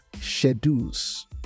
schedules